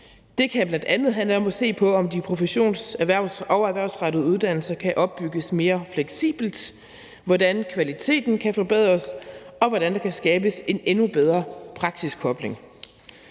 Det kan bl.a. handle om at se på, om de professions- og erhvervsrettede uddannelser kan opbygges mere fleksibelt, hvordan kvaliteten kan forbedres, og hvordan der kan skabes en endnu bedre praksiskobling.